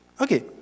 okay